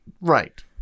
Right